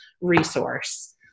resource